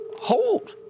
hold